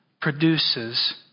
produces